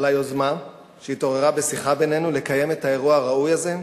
על היוזמה שהתעוררה בשיחה בינינו לקיים את האירוע הראוי הזה,